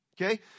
Okay